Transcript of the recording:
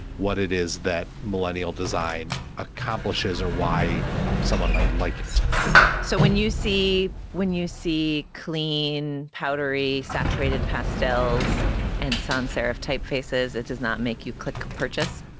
what it is that millennial design accomplishes or why someone might like it so when you see when you see clean, powdery, saturated pastels and sans serif typefaces, it does not make you click purchase